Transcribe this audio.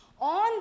On